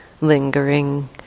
lingering